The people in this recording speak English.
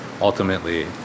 ultimately